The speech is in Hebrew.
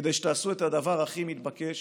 כדי שתעשו את הדבר הכי מתבקש